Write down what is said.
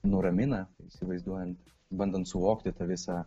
nuramina įsivaizduojant bandant suvokti tą visą